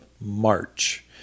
March